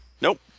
Nope